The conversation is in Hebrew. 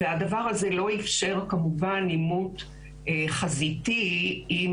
הדבר הזה לא אפשר כמובן עימות חזיתי עם